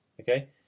Okay